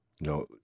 No